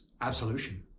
absolution